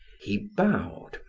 he bowed.